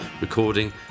recording